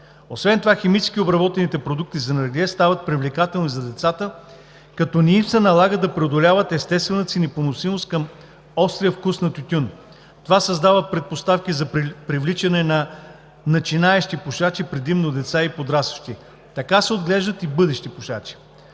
Освен това химически обработените продукти за наргиле стават привлекателни за децата, като не им се налага да преодоляват естествената си непоносимост към острия вкус на тютюн. Това създава предпоставки за привличане на начинаещи пушачи, предимно деца и подрастващи. Така се отглеждат и бъдещи пушачи.